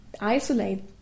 isolate